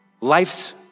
life's